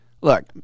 look